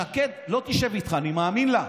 שקד לא תשב איתך, אני מאמין לה.